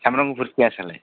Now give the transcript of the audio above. सामफ्राम गुफुर पियासालाय